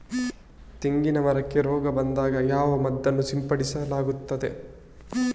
ತೆಂಗಿನ ಮರಕ್ಕೆ ರೋಗ ಬಂದಾಗ ಯಾವ ಮದ್ದನ್ನು ಸಿಂಪಡಿಸಲಾಗುತ್ತದೆ?